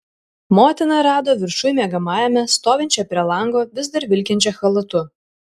motiną rado viršuj miegamajame stovinčią prie lango vis dar vilkinčią chalatu